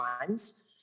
times